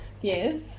Yes